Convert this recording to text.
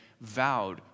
vowed